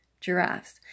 giraffes